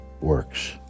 works